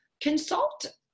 consult